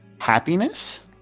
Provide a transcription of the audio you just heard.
happiness